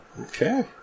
Okay